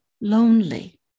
lonely